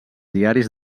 diaris